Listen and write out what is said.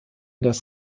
das